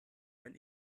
wenn